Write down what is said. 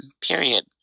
period